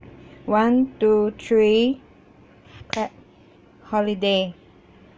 one two three clap holiday